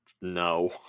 no